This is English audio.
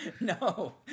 No